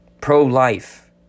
Pro-life